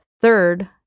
Third